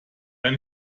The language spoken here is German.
ein